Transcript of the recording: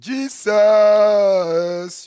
Jesus